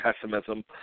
pessimism